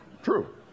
True